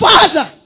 Father